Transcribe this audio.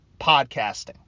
podcasting